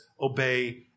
obey